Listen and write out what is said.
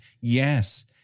yes